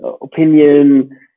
opinion